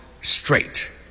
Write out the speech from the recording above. straight